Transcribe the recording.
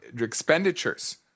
expenditures